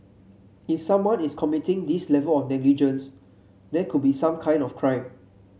if someone is committing this level of negligence there could be some kind of crime